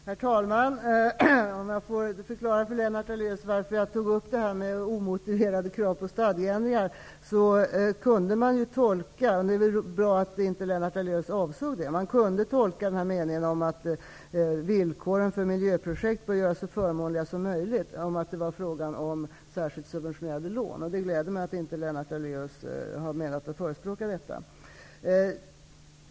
Herr talman! Jag skall förklara för Lennart Daléus varför jag tog upp detta med omotiverade krav på stadgeändringar. Man kunde tolka -- men det var bra att inte Lennart Daléus avsåg detta -- meningen om att villkoren för miljöprojekt borde göras så förmånliga som möjligt så att det var fråga om särskilt subventionerade lån. Det gläder mig att Lennart Daléus inte avsåg att förespråka detta.